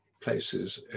places